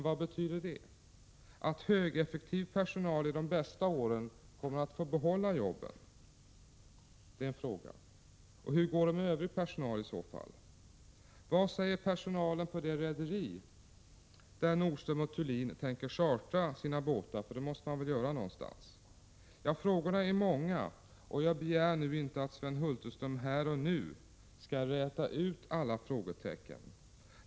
Vad betyder det — att högeffektiv personal i de bästa åren kommer att få behålla jobben? Och hur går det i så fall med övrig personal? Vad säger personalen på det rederi där Nordström & Thulin tänker chartra båtar — för det måste man väl göra någonstans? Ja, frågorna är många, och jag begär inte att Sven Hulterström här och nu skall räta ut alla frågetecknen.